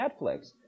Netflix